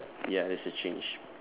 ya that's the change